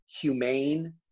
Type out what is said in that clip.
humane